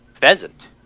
pheasant